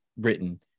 written